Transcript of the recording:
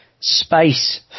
space